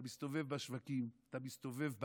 אתה מסתובב בשווקים, אתה מסתובב בעם,